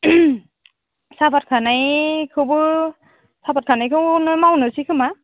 सापात खानायखौबो सापात खानायखौनो मावनोसैखोमा